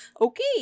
okay